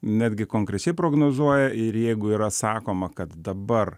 netgi konkrečiai prognozuoja ir jeigu yra sakoma kad dabar